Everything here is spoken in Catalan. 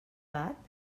bat